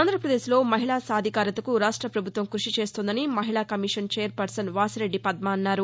ఆంధ్రప్రదేశ్లో మహిళా సాధికారతకు రాష్ట ప్రభుత్వం కృషి చేస్తోందని మహిళా commission chairperson Vasireddy Padma అన్నారు